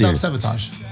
Self-sabotage